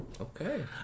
Okay